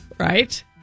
Right